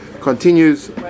Continues